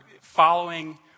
following